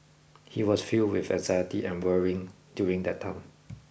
he was filled with anxiety and worry during that time